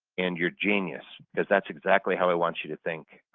and you're genius. because that's exactly how i want you to think.